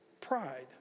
pride